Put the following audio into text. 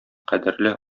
кадерле